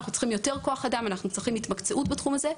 אנחנו צריכים יותר כוח אדם ויותר התמקצעות בתחום הזה.